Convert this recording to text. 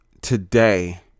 today